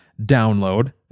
download